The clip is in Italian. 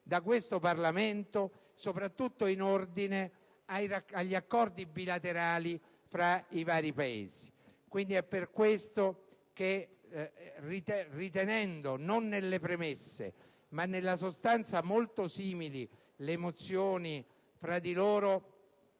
da questo Parlamento, soprattutto in ordine agli accordi bilaterali fra i vari Paesi. È per questo quindi che, ritenendo non nelle premesse, ma nella sostanza, molto simili le mozioni fra di loro,